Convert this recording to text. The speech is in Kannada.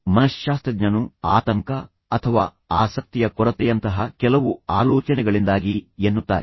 ಮನಶ್ಶಾಸ್ತ್ರಜ್ಞನು ಆತಂಕ ಅಥವಾ ಆಸಕ್ತಿಯ ಕೊರತೆಯಂತಹ ಕೆಲವು ಆಲೋಚನೆಗಳಿಂದಾಗಿ ಎನ್ನುತ್ತಾರೆ